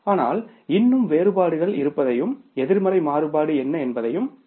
ஆனால் இன்னும் வேறுபாடுகள் இருப்பதையும் எதிர்மறை மாறுபாடு என்ன என்பதையும் காணலாம்